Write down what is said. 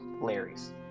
Larry's